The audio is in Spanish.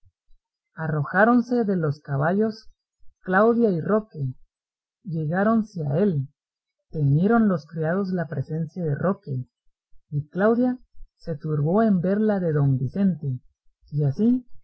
pasase arrojáronse de los caballos claudia y roque llegáronse a él temieron los criados la presencia de roque y claudia se turbó en ver la de don vicente y así